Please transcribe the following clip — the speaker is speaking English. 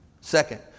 Second